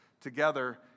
together